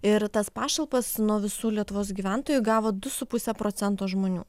ir tas pašalpas nuo visų lietuvos gyventojų gavo du su puse procento žmonių